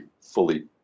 fully